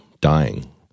dying